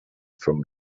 from